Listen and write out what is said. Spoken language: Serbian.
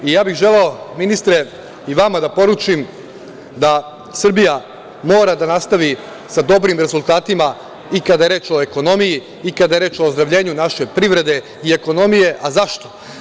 Ja bi želeo ministre i vama da poručim, da Srbija mora da nastavi sa dobrim rezultatima i kada je reč o ekonomiji i kada je reč o ozdravljenju naše privrede i ekonomije, a zašto?